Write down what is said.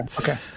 Okay